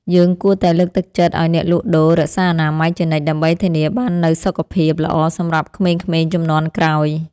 យើងគួរតែលើកទឹកចិត្តឱ្យអ្នកលក់ដូររក្សាអនាម័យជានិច្ចដើម្បីធានាបាននូវសុខភាពល្អសម្រាប់ក្មេងៗជំនាន់ក្រោយ។